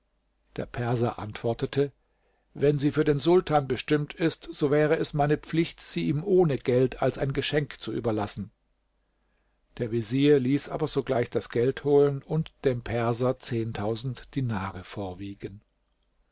der perser antwortete wenn sie für den sultan bestimmt ist so wäre es meine pflicht sie ihm ohne geld als ein geschenk zu überlassen der vezier ließ aber sogleich das geld holen und dem perser dinare vorwiegen